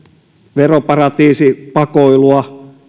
veroparatiisipakoilua